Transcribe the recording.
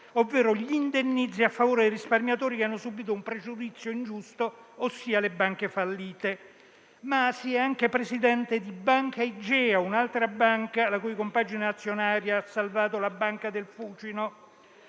ovvero gli indennizzi a favore dei risparmiatori che hanno subito un pregiudizio ingiusto, ossia le banche fallite. Masi è anche presidente di Banca Igea, un'altra banca la cui compagine azionaria ha salvato la Banca del Fucino,